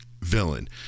villain